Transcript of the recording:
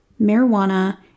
marijuana